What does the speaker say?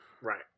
Right